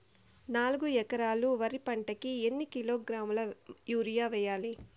నాలుగు ఎకరాలు వరి పంటకి ఎన్ని కిలోగ్రాముల యూరియ వేయాలి?